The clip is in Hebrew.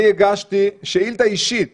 אני הגשתי שאילתה אישית